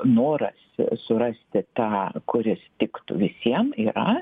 noras surasti tą kuris tiktų visiem yra